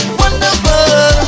wonderful